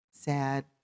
sad